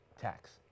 tax